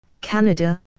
Canada